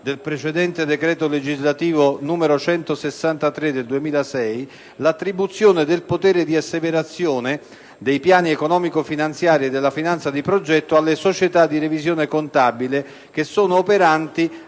del precedente decreto legislativo n. 163 del 2006 l'attribuzione del potere di asseverazione dei piani economico-finanziari e della finanza di progetto alle società di revisione contabile operanti